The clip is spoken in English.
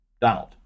Donald